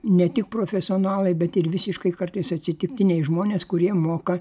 ne tik profesionalai bet ir visiškai kartais atsitiktiniai žmonės kurie moka